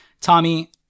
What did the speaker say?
tommy